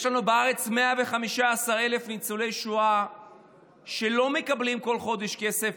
יש לנו בארץ 115,000 ניצולי שואה שלא מקבלים כל חודש כסף